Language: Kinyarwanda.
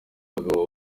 bagabo